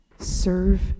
Serve